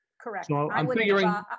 Correct